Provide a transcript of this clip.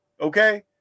Okay